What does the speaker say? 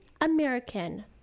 American